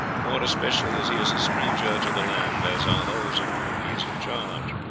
more especially as he is a stranger to the land, as are those of whom he is in charge.